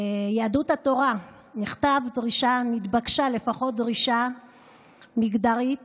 יהדות התורה, נתבקשה הפרדה מגדרית